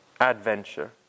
adventure